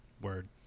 word